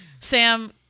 Sam